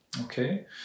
Okay